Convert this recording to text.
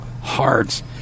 hearts